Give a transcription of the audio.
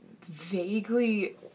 vaguely